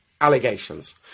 allegations